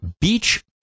Beach